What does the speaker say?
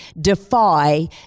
defy